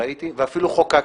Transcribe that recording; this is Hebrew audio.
ראיתי ואפילו חוקקתי.